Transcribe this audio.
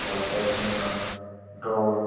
football badminton দৌৰ